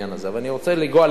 אני רוצה לגעת במשהו,